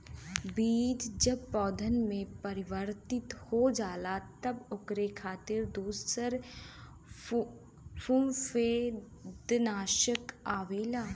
बीज जब पौधा में परिवर्तित हो जाला तब ओकरे खातिर दूसर फंफूदनाशक आवेला